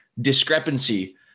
discrepancy